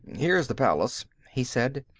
here's the palace, he said.